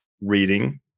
reading